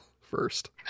first